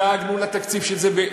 דאגנו לתקציב של זה,